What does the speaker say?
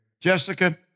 Jessica